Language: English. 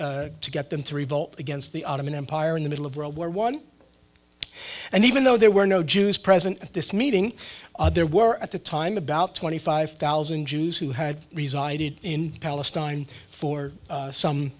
order to get them to revolt against the ottoman empire in the middle of world war one and even though there were no jews present at this meeting there were at the time about twenty five thousand jews who had resided in palestine for some